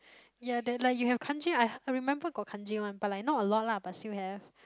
ya that like you have Kanji I I remember got Kanji one but like not a lot lah but still have